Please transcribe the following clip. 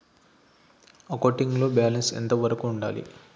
Accounting లో balance ఎంత వరకు ఉండాలి?